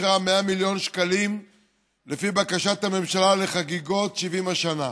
אישרה 100 מיליון שקלים לפי בקשת הממשלה לחגיגות 70 השנה.